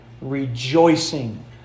rejoicing